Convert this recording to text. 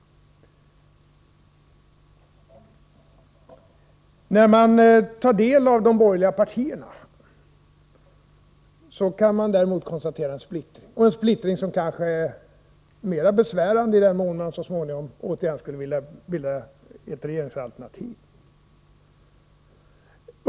När man tar del av de borgerliga partiernas synpunkter kan man däremot konstatera en splittring, en splittring som kanske är mera besvärande i den mån man så småningom återigen skulle vilja bilda ett regeringsalternativ.